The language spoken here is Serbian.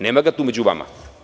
Nema ga tu među vama.